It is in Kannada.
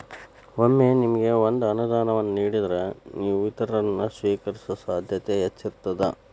ಒಮ್ಮೆ ನಿಮಗ ಒಂದ ಅನುದಾನವನ್ನ ನೇಡಿದ್ರ, ನೇವು ಇತರರನ್ನ, ಸ್ವೇಕರಿಸೊ ಸಾಧ್ಯತೆ ಹೆಚ್ಚಿರ್ತದ